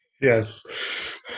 Yes